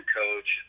coach